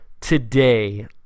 today